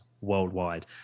worldwide